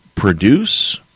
produce